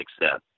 success